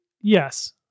yes